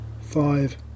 five